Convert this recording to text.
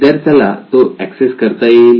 विद्यार्थ्याला तो एक्सेस करता येईल